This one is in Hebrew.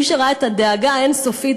מי שראה את הדאגה האין-סופית,